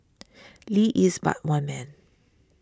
Lee is but one man